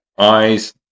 Eyes